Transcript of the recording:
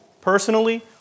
personally